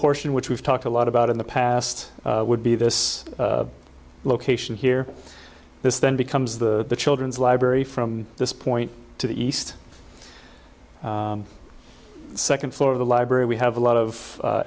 portion which we've talked a lot about in the past would be this location here this then becomes the children's library from this point to the east second floor of the library we have a lot of